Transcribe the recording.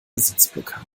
sitzblockade